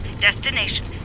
destination